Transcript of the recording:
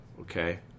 okay